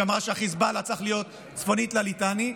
שאמרה שהחיזבאללה צריך להיות צפונית לליטני.